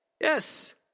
Yes